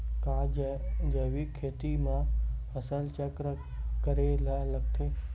का जैविक खेती म फसल चक्र करे ल लगथे?